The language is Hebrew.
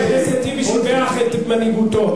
חבר הכנסת טיבי שיבח את מנהיגותו.